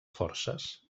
forces